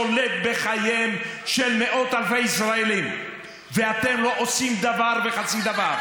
שולט בחייהם של מאות אלפי ישראלים ואתם לא עושים דבר וחצי דבר.